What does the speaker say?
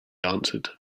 answered